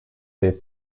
des